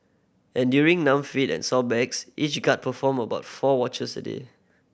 enduring numb feet and sore backs each guard performed about four watches a day